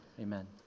amen